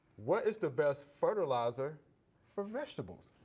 what is the best fertilizer for vegetables?